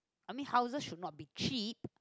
I mean houses should not be cheap